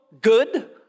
good